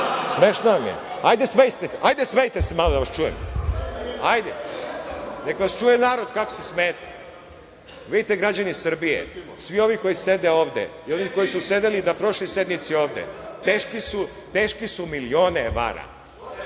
Smešno vam je? Hajde smejte se malo da vas čujem, hajde. Neka vas čuje narod kako se smejete. Vidite građani Srbije svi ovi koji sede ovde i ovi koji su sedeli na prošloj sednici ovde, teški su milione evra,